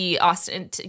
Austin